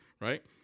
right